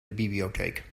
bibliotheek